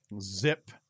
zip